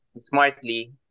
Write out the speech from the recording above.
smartly